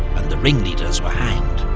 and the ringleaders were hanged.